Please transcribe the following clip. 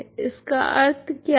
इसका अर्थ क्या है